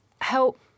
help